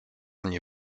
mnie